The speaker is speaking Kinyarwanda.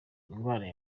ingwara